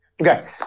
okay